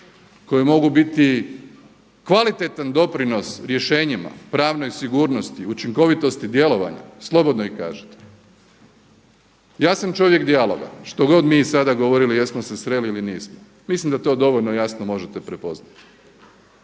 koje mogu biti kvalitetan doprinos rješenjima, pravnoj sigurnosti, učinkovitosti djelovanja slobodno kažite. Ja sam čovjek dijaloga što god mi sada govorili jesmo se sreli ili nismo. Mislim da to dovoljno jasno možete prepoznati.